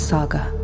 Saga